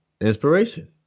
inspiration